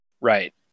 Right